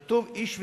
שכתוב: איש ואשה,